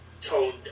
toned